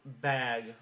bag